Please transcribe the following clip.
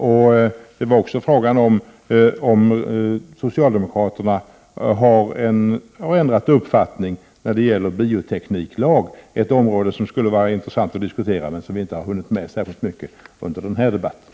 Jag undrade också om socialdemokraterna har ändrat uppfattning när det gäller biotekniklag, ett område som skulle vara intressant att diskutera men som vi inte har hunnit med särskilt mycket under den här debatten.